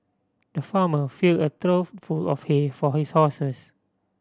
the farmer filled a trough full of hay for his horses